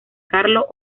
carlo